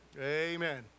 Amen